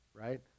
right